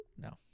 No